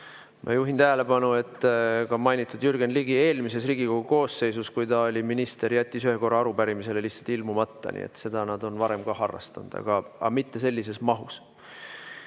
Ma juhin tähelepanu, et ka mainitud Jürgen Ligi eelmises Riigikogu koosseisus, kui ta oli minister, jättis ühe korra arupärimisele lihtsalt ilmumata. Seda nad on varem ka harrastanud, aga mitte sellises mahus.